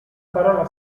parola